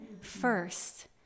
first